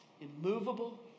immovable